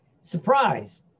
surprise